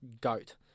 GOAT